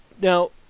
Now